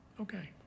okay